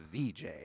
VJ